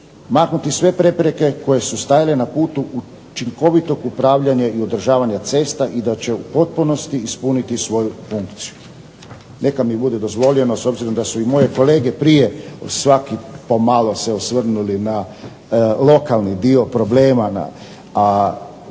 maknuti sve prepreke koje su stajale na putu učinkovitog upravljanja i održavanja cesta i da će u potpunosti ispuniti svoju funkciju. Neka mi bude dozvoljeno s obzirom da su i moje kolege prije svaki pomalo se osvrnuli na lokalni dio problema, a posebno